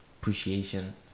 appreciation